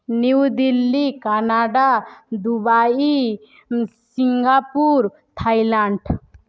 new Delhi Canada Dubai Singapore Thailand